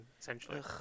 essentially